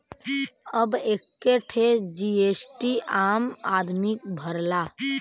अब एक्के ठे जी.एस.टी आम आदमी भरला